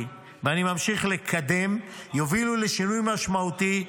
ואני ממשיך לקדם יובילו לשינוי משמעותי,